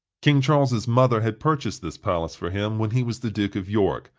king charles's mother had purchased this palace for him when he was the duke of york,